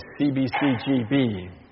CBCGB